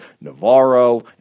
Navarro